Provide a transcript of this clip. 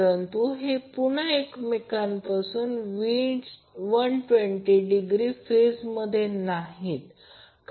परंतु हे पुन्हा एकमेकांपासून 120 डिग्री फेजमध्ये नाहीत